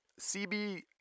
CB